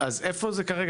אז עכשיו איפה זה מונח?